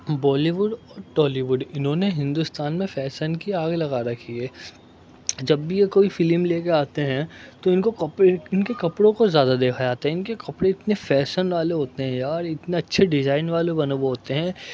بالیووڈ اور ٹالیووڈ انہوں نے ہندوستان میں فیسن کی آگ لگا رکھی ہے جب بھی یہ کوئی فلم لے کے آتے ہیں تو ان کو کپے ان کے کپڑوں کو زیادہ دیکھا جاتا ہے ان کے کپڑے اتنے فیسن والے ہوتے ہیں یار اتنے اچھے ڈیجائن والے بنے ہوئے ہوتے ہیں